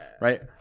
Right